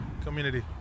community